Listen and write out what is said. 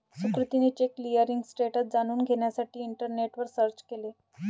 सुकृतीने cheque clearing status जाणून घेण्यासाठी इंटरनेटवर सर्च केले